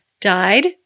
died